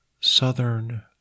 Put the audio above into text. southern